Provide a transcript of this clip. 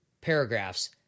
paragraphs